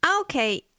okay